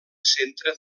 centre